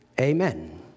Amen